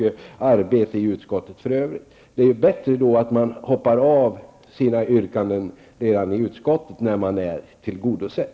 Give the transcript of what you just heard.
Det är bättre att man hoppar av sina yrkanden redan i utskottet när man är tillgodosedd.